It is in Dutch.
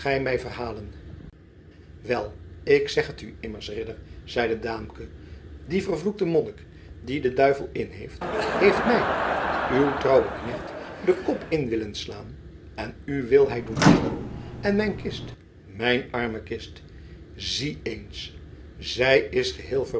mij verhalen wel ik zeg het u immers ridder zeide daamke die vervloekte monnik die den duivel inheeft heeft mij uw trouwen knecht den kop in willen slaan en u wil hij doen hangen en mijn kist mijn arme kist zie eens zij is geheel